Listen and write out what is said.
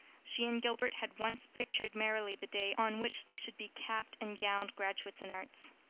she and gilbert had once picturedout merrily the day on which they should be capped and gowned graduates in arts.